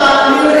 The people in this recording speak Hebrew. זה,